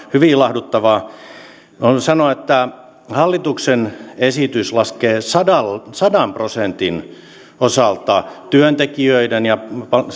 hyvin ilahduttavaa voin sanoa että hallituksen esitys laskee sadan prosentin osalta työntekijöiden ja